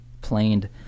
planed